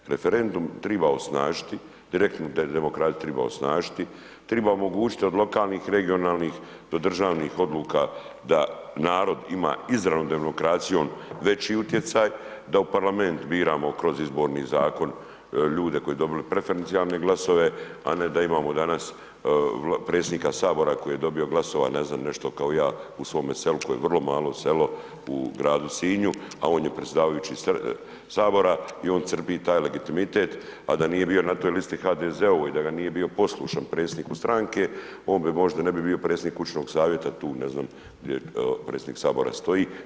Referendum treba osnažiti, direktnu demokraciju treba osnažiti, treba omogućiti od lokalnih regionalnih do državnih odluka da narod ima izravnu demokracijom veći utjecaj, da u parlament biramo kroz Izborni zakon ljude koji dobiju preferencijalne glasove, a ne da imamo danas predsjednika Sabora koji je dobio glasova, ne znam, nešto kao ja u svome selu koje je vrlo malo selo u gradu Sinju, a on je predsjedavajući Sabora i on crpi taj legitimitet, a da nije bio na toj listi HDZ-ovoj i da ga nije bio poslušan predsjedniku stranke, on bi možda, ne bi bio predsjednik kućnog savjeta tu, ne znam, gdje predsjednik Sabora stoji.